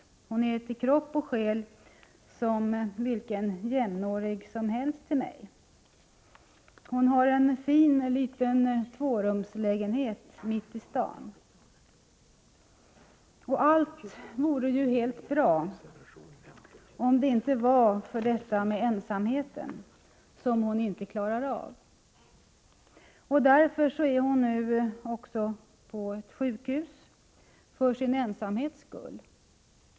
För mig är hon till kropp och själ som vilken jämnårig som helst. Hon har en fin liten tvårumslägenhet mitt i stan. Allt vore helt bra, om det inte var detta med ensamheten, som hon inte klarar av. Hon är nu också på sjukhus, för sin ensamhets skull.